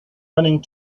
running